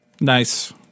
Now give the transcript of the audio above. Nice